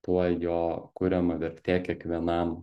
tuo jo kuriama vertė kiekvienam